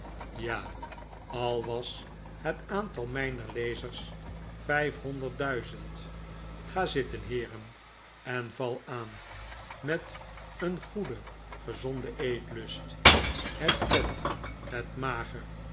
ja al was het aantal mijner lezers vijf honderd duizend ga zitten heeren en val aan met een goeden gezonden eetlust het vet het mager